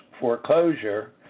foreclosure